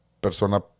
persona